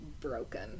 broken